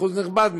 אחוז נכבד,